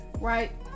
right